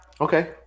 Okay